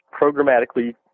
programmatically